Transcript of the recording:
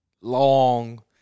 long